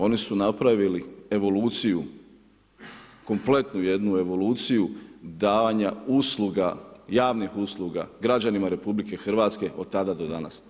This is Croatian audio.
Oni su napravili evoluciju, kompletnu jednu evoluciju, davanja javnih usluga građanima RH, od tada do danas.